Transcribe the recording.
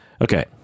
Okay